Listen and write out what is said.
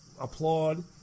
applaud